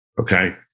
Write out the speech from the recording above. okay